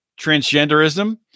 transgenderism